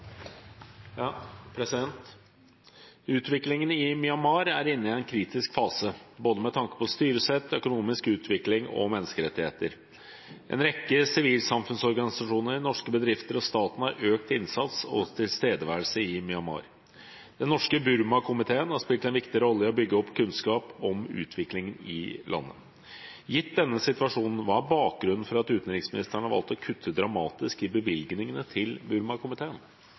inne i en kritisk fase, både med tanke på styresett, økonomisk utvikling og menneskerettigheter. En rekke sivilsamfunnsorganisasjoner, norske bedrifter og staten har økt innsats og tilstedeværelse i Myanmar. Den norske Burmakomité har spilt en viktig rolle i å bygge opp kunnskap om utviklingen i landet. Gitt denne situasjonen, hva er bakgrunnen for at utenriksministeren har valgt å kutte dramatisk i bevilgningene til Burmakomiteen?»